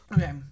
Okay